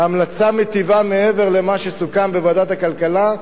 ההמלצה מיטיבה מעבר למה שסוכם בוועדת הכלכלה,